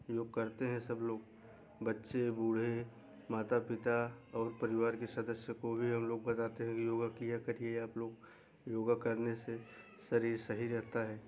योग करते हैं सब लोग बच्चे बूढ़े माता पिता और परिवार के सदस्य को भी हम लोग बताते हैं कि योग किया करिए आप लोग योगा करने से शरीर सही रहता है